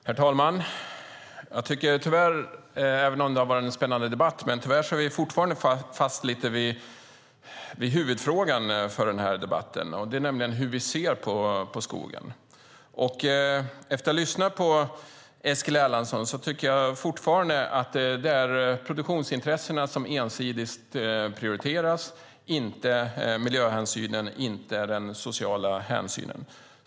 Herr talman! Det har varit en spännande debatt, men vi är fortfarande fast i huvudfrågan, nämligen hur vi ser på skogen. Efter att ha lyssnat på Eskil Erlandsson tycker jag fortfarande att det är produktionsintressena som ensidigt prioriteras, inte miljöhänsyn och social hänsyn.